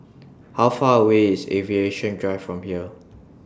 How Far away IS Aviation Drive from here